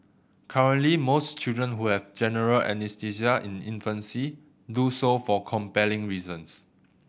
currently most children who have general anaesthesia in infancy do so for compelling reasons